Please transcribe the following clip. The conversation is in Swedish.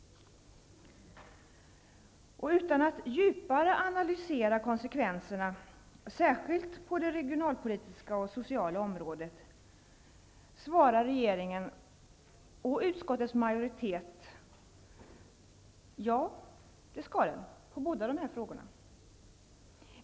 Utan att djupare analysera konsekvenserna på särskilt det regionalpolitiska och sociala området, svarar regeringen och utskottets majoritet ja på båda frågorna.